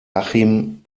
achim